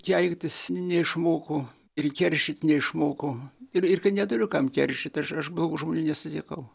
keiktis neišmokau ir keršyt neišmokau ir ir kad neturiu kam keršyt aš aš blogų žmonių nesutikau